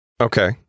Okay